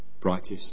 brightest